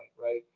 right